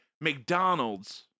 mcdonald's